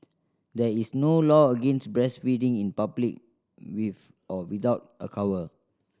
there is no law against breastfeeding in public with or without a cover